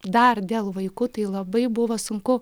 dar dėl vaikų tai labai buvo sunku